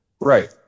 Right